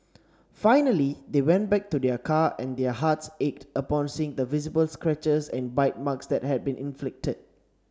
finally they went back to their car and their hearts ached upon seeing the visible scratches and bite marks that had been inflicted